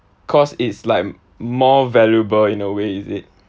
cause it's like more valuable in a way is it